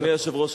אדוני היושב-ראש,